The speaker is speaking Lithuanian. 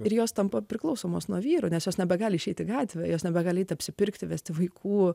ir jos tampa priklausomos nuo vyro nes jos nebegali išeiti į gatvę jos nebegali eiti apsipirkti vesti vaikų